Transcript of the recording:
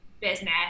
business